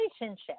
relationship